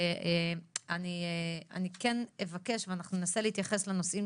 אני כן אבקש ואנחנו ננסה להתייחס לנושאים